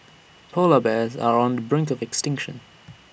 Polar Bears are on the brink of extinction